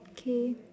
okay